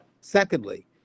Secondly